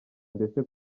ndetse